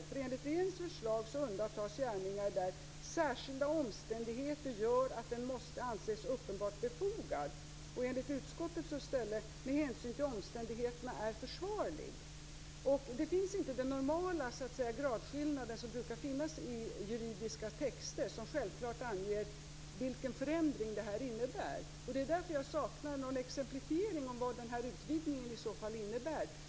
Enligt regeringens förslag undantas gärningar där särskilda omständigheter gör att innehav måste anses uppenbart befogat. Enligt utskottet gäller det i stället innehav som med hänsyn till omständigheterna är försvarligt. Där finns inte den normala gradskillnad som brukar finnas i juridiska texter, som klart anger vilken förändring detta innebär. Det är därför jag saknar exemplifiering om vad utvidgningen innebär.